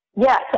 Yes